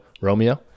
Romeo